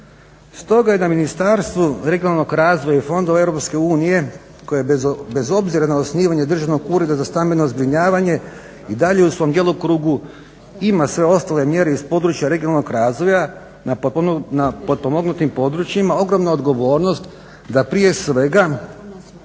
Stoga je na Ministarstvu regionalnog razvoja i fondova EU koje bez obzira na osnivanje Državnog ureda za stambeno zbrinjavanje i dalje u svom djelokrugu ima sve ostale mjere iz područja regionalnog razvoja na potpomognutim područjima, ima ogromnu odgovornost da prije svega